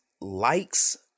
likes